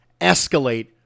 escalate